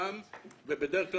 זה מדליק נורה אדומה.